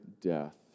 death